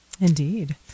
Indeed